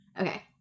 Okay